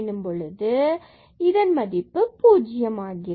இந்த நிலையில் இது 1 1 minus 1 0 ஆகிறது